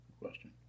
question